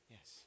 Yes